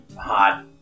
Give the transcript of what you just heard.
hot